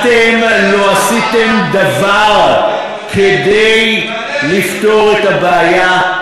אתם לא עשיתם דבר כדי לפתור את הבעיה,